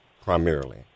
primarily